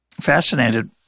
fascinated